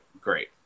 great